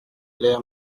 l’air